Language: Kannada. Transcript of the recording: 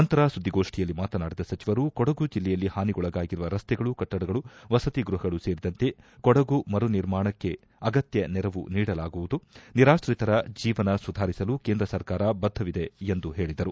ನಂತರ ಸುದ್ದಿಗೋಷ್ಠಿಯಲ್ಲಿ ಮಾತನಾಡಿದ ಸಚಿವರು ಕೊಡಗು ಜಿಲ್ಲೆಯಲ್ಲಿ ಹಾನಿಗೊಳಗಾಗಿರುವ ರಸ್ತೆಗಳು ಕಟ್ಟಡಗಳು ಮಸತಿ ಗೃಹಗಳು ಸೇರಿದಂತೆ ಕೊಡಗು ಮರುನಿರ್ಮಾಣಕ್ಕೆ ಅಗತ್ಯ ನೆರವು ನೀಡಲಾಗುವುದು ನಿರಾತ್ರಿತರ ಜೀವನ ಸುಧಾರಿಸಲು ಕೇಂದ್ರ ಸರ್ಕಾರ ಬದ್ದವಿದೆ ಎಂದು ಹೇಳಿದರು